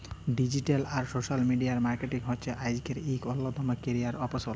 digital আর social media marketing হছে আইজকের ইক অল্যতম ক্যারিয়ার অপসল